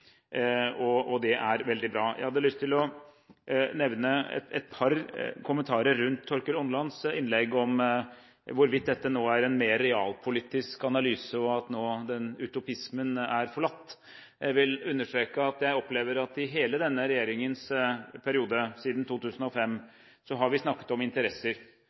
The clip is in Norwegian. Det er veldig bra. Jeg hadde lyst til å komme med et par kommentarer til Torkil Åmlands innlegg om hvorvidt dette nå er en mer realpolitisk analyse, og at utopismen nå er forlatt. Jeg vil understreke at jeg opplever at i hele denne regjeringens periode, siden 2005, har vi snakket om interesser.